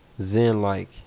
zen-like